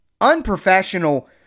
unprofessional